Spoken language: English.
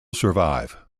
survive